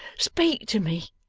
speak to me